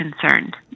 concerned